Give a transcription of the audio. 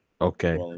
okay